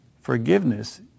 Forgiveness